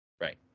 right